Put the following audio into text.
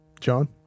John